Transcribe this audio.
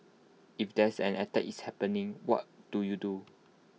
if there's an attack is happening what do you do